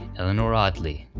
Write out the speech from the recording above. eleanor audley.